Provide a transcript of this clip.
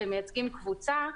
ומייצגים קבוצה,